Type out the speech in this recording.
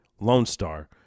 LONESTAR